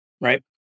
Right